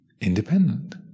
independent